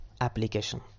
Application